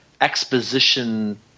exposition